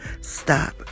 stop